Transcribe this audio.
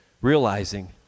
realizing